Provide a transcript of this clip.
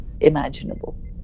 imaginable